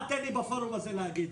אל תיתן לי בפורום הזה להגיב.